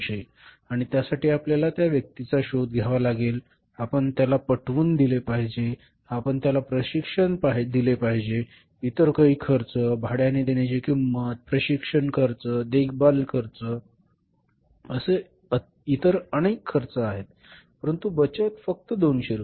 200 आणि त्यासाठी आपल्याला त्या व्यक्तीचा शोध घ्यावा लागेल आपण त्याला पटवून दिले पाहिजे आपण त्याला प्रशिक्षण दिले पाहिजे इतर काही खर्च भाड्याने देण्याची किंमत प्रशिक्षण खर्च देखभाल खर्च असे इतर अनेक खर्च आहेत परंतु बचत फक्त रु